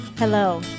Hello